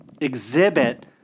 exhibit